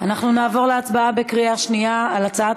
נעבור להצבעה בקריאה שנייה על הצעת